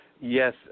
Yes